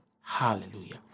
Hallelujah